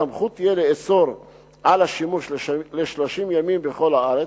הסמכות תהיה לאסור את השימוש ל-30 ימים בכל הארץ,